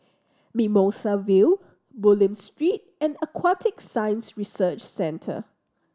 Mimosa View Bulim Street and Aquatic Science Research Centre